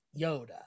Yoda